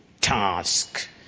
task